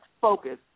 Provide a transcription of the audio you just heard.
focus